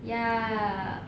ya